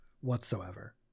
Whatsoever